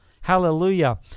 Hallelujah